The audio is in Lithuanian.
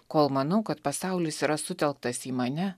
kol manau kad pasaulis yra sutelktas į mane